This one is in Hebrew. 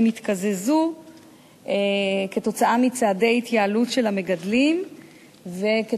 הן יתקזזו כתוצאה מצעדי התייעלות של המגדלים וגם